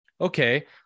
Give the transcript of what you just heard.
okay